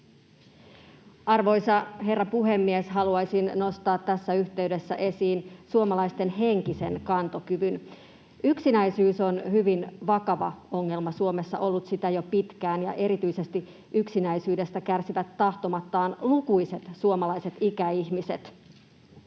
Arvoisa herra puhemies! Haluaisin nostaa tässä yhteydessä esiin suomalaisten henkisen kantokyvyn. Yksinäisyys on hyvin vakava ongelma Suomessa, ollut sitä jo pitkään, ja erityisesti yksinäisyydestä kärsivät tahtomattaan lukuisat suomalaiset ikäihmiset.